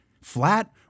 flat